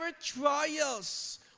trials